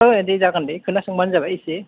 औ दि जागोन दि खोना संब्लानो जाबाय एसे